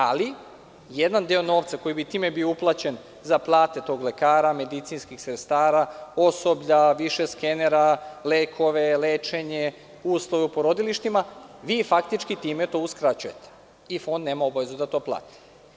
Ali, jedan deo novca koji bi time bio uplaćen za plate tog lekara, medicinskih sestara, osoblja, više skenera, lekova, lečenja, uslove u porodilištima, vi faktički time to uskraćujete i Fond nema obavezu da to plati.